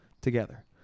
together